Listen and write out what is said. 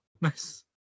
nice